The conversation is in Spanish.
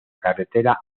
carretera